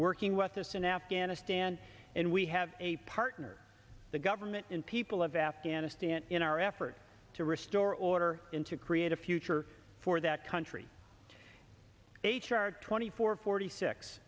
working with us in afghanistan and we have a partner the government and people of afghanistan in our effort to restore order in to create a future for that country h r twenty four forty six